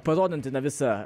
parodanti na visą